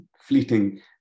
fleeting